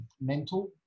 mental